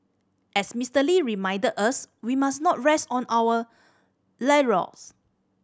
as Mister Lee reminded us we must not rest on our laurels